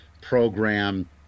program